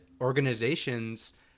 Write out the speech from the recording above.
organizations